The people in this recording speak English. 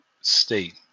state